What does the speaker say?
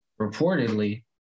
reportedly